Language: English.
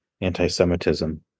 anti-Semitism